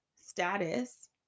status